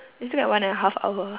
we still got one and a half hour